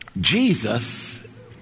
Jesus